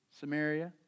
Samaria